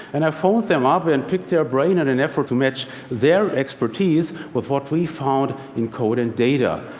and i phoned them up and picked their brain in and an effort to match their expertise with what we found in code and data.